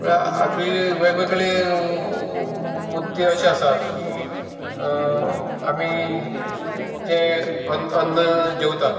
म्हळ्यार हाजी वेगवेगळी मुद्दे अशें आसात आमी जें अन्न जेवतात